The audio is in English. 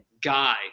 guy